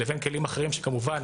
לבין כלים אחרים, כמובן